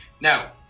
Now